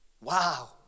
Wow